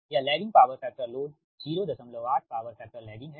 यह lagging power factor load 08 power factor lagging है